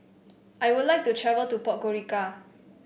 I would like to travel to Podgorica